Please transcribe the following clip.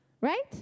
Right